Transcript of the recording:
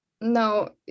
No